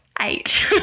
eight